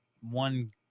one